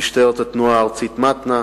משטרת התנועה הארצית, מתנ"א,